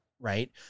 right